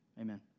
Amen